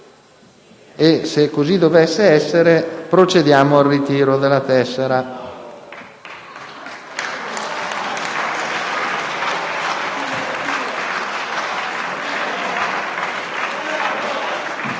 e. Se così dovesse essere, procediamo al ritiro della tessera.